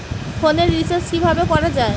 ফোনের রিচার্জ কিভাবে করা যায়?